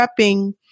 prepping